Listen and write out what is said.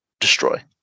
destroy